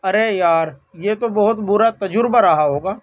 ارے یار یہ تو بہت برا تجربہ رہا ہوگا